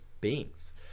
beings